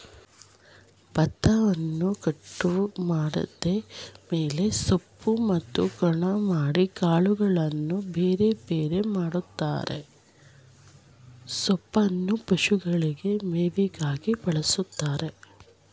ಬತ್ತವನ್ನು ಕಟಾವು ಮಾಡಿದ ಮೇಲೆ ಸೊಪ್ಪೆ ಮತ್ತು ಕಣ ಮಾಡಿ ಕಾಳುಗಳನ್ನು ಬೇರೆಬೇರೆ ಮಾಡ್ತರೆ ಸೊಪ್ಪೇನ ಪಶುಗಳಿಗೆ ಮೇವಾಗಿ ಬಳಸ್ತಾರೆ